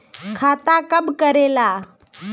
खाता कब करेला?